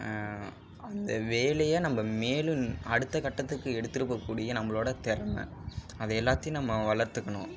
அந்த வேலையை நம்ம மேலும் அடுத்தக் கட்டத்துக்கு எடுத்துட்டு போகக்கூடிய நம்மளோட தெறமை அது எல்லாத்தையும் நம்ம வளர்த்துக்கணும்